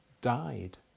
died